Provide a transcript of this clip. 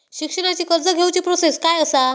शिक्षणाची कर्ज घेऊची प्रोसेस काय असा?